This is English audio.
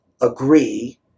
Agree